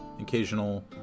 occasional